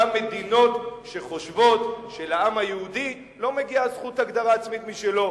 אותן מדינות שחושבות שלעם היהודי לא מגיעה זכות הגדרה עצמית משלו.